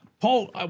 Paul